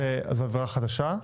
זאת עבירה חדשה?